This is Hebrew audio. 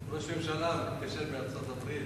ראש הממשלה התקשר מארצות-הברית,